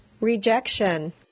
rejection